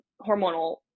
hormonal